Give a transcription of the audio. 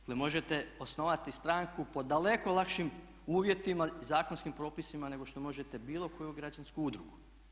Dakle možete osnovati stranku po daleko lakšim uvjetima i zakonskim propisima nego što možete bilo koju građansku udrugu.